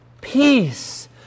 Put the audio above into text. Peace